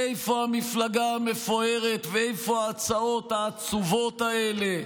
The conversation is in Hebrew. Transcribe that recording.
איפה המפלגה המפוארת ואיפה ההצעות העצובות האלה,